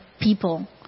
people